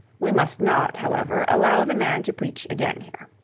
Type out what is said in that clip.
we must not, however, allow the man to preach again here.